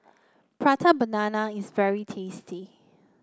Prata Banana is very tasty